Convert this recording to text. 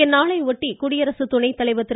இந்நாளையொட்டி குடியரசு துணைத்தலைவர் திரு